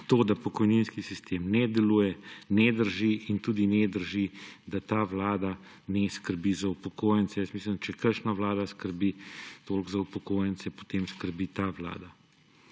da pokojninski sistem ne deluje, ne drži in tudi ne drži, da ta vlada ne skrbi za upokojence. Mislim, če kakšna vlada skrbi toliko za upokojence, potem skrbi ta vlada.